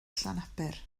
llanaber